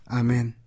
amen